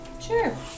Sure